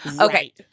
Okay